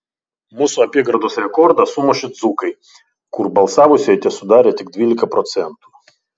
mūsų apygardos rekordą sumušė dzūkai kur balsavusieji tesudarė tik dvylika procentų